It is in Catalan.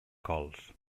cols